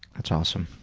that's awesome.